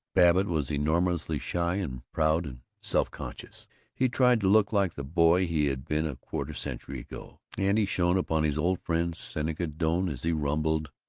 babbitt was enormously shy and proud and self-conscious he tried to look like the boy he had been a quarter-century ago, and he shone upon his old friend seneca doane as he rumbled,